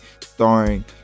Starring